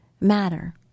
matter